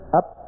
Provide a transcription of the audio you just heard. up